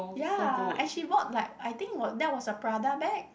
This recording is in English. ya and she bought like I think what that was a Prada bag